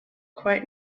quite